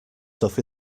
stuff